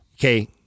Okay